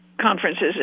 conferences